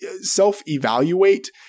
self-evaluate